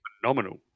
phenomenal